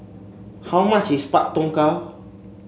how much is Pak Thong Ko